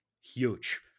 Huge